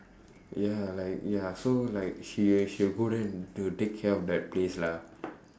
ya like ya so like she she will go there and to take care of that place lah